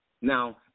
Now